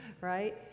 right